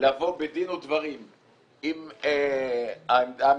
לבוא בדין ודברים עם העמדה הממשלתית,